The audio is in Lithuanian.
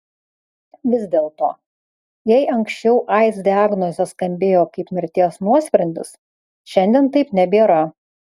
vis dėlto jei anksčiau aids diagnozė skambėjo kaip mirties nuosprendis šiandien taip nebėra